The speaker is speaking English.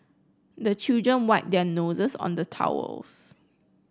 the children wipe their noses on the towels